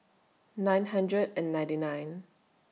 nine hundred and ninety nine